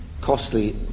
costly